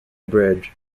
bridge